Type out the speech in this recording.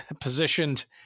positioned